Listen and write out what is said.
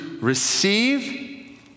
receive